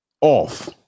off